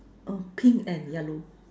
oh pink and yellow